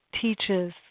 teaches